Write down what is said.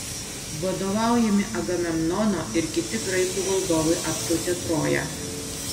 vadovaujami agamemnono ir kiti graikų valdovai apsiautė troją